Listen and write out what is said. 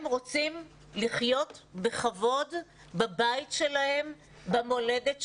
הם רוצים לחיות בכבוד בבית שלהם, במולדת שלהם,